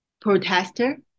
protester